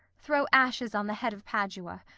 throw ashes on the head of padua,